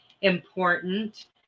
important